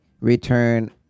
return